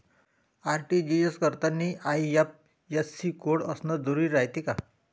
RTGS करतांनी IFSC code असन जरुरी रायते का?